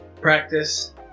Practice